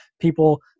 people